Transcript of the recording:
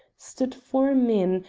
stood four men,